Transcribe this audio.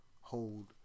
hold